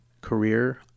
career